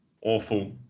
awful